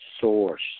source